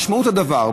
משמעות הדבר,